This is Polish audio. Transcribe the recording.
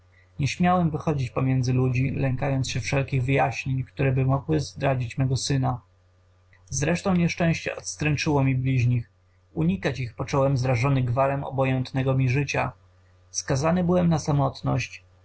nie śmiałem wychodzić pomiędzy ludzi lękając się wszelkich wyjaśnień któreby mogły zdradzić mego syna zresztą nieszczęście odstręczyło mi bliźnich unikać ich począłem zrażony gwarem obojętnego mi życia skazany byłem na samotność